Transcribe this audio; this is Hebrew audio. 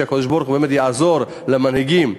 שהקדוש-ברוך-הוא באמת יעזור למנהיגים,